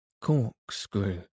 Corkscrew